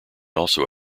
also